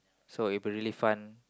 so I'd be really fun